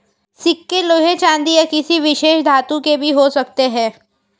सिक्के लोहे चांदी या किसी विशेष धातु के भी हो सकते हैं